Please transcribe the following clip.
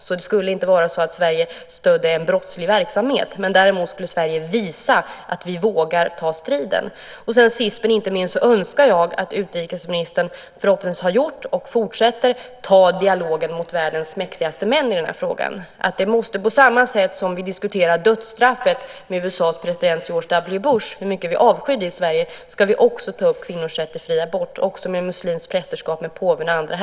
Sverige skulle inte stödja någon brottslig verksamhet genom att stödja organisationen. Däremot skulle Sverige visa att vi vågar ta striden. Sist men inte minst önskar jag att utrikesministern förhoppningsvis har tagit och fortsätter att ta dialogen med världens mäktigaste män i denna fråga. På samma sätt som vi diskuterar dödsstraffet med USA:s president George W. Bush och talar om hur mycket vi avskyr det i Sverige, ska vi också ta upp kvinnors rätt till fri abort också med muslimskt prästerskap, med påven och med andra.